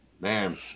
Man